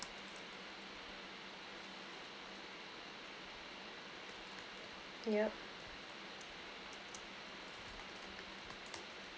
yup